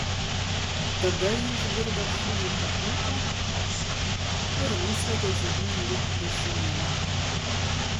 tada ji išgirdo šūvių papliūpą ir nusliuogė žemyn lyg beždžionėlė